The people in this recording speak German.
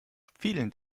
vielen